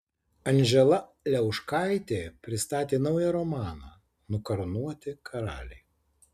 anžela liauškaitė pristatė naują romaną nukarūnuoti karaliai